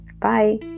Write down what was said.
Bye